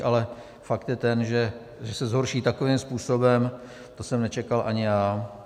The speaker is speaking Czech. Ale fakt je, že se zhorší takovým způsobem, to jsem nečekal ani já.